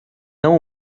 não